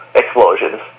explosions